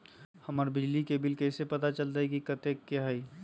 हमर बिजली के बिल कैसे पता चलतै की कतेइक के होई?